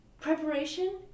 preparation